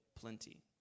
plenty